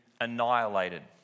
annihilated